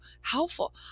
helpful